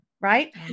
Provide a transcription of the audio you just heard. Right